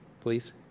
please